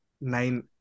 nine